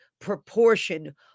proportion